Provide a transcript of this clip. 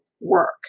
work